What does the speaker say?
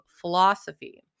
philosophy